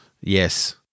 Yes